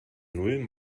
null